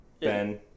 Ben